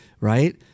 Right